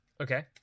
Okay